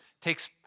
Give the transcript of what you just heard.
takes